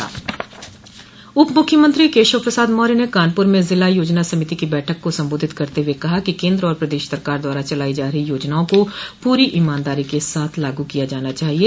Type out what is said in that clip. उप मुख्यमंत्री केशव प्रसाद मौर्य ने कानपुर में जिला योजना समिति की बैठक को संबोधित करते हुए कहा कि केन्द्र और प्रदेश सरकार द्वारा चलाई जा रही योजनाओं को पूरी ईमानदारी के साथ लागू किया जाना चाहिये